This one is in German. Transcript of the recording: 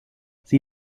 sie